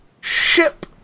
ship